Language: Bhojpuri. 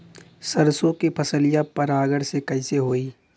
सरसो के फसलिया परागण से कईसे होई?